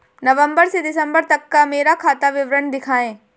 नवंबर से दिसंबर तक का मेरा खाता विवरण दिखाएं?